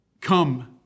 Come